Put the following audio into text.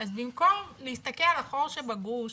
אז במקום להסתכל על החור שבגרוש,